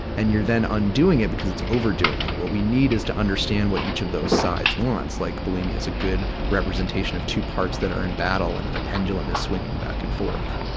and you're then undoing it because it's overdoing it. what we need is to understand what each of those sides wants. like, bulimia's a good representation of two parts that are in battle and and the pendulum is swinging back and forth.